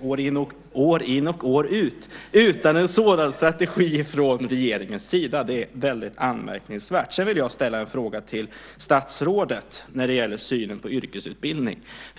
år in och år ut utan en sådan strategi från regeringens sida. Det är väldigt anmärkningsvärt. Sedan vill jag ställa en fråga till statsrådet när det gäller synen på yrkesutbildning.